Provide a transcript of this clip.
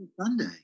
Sunday